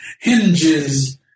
hinges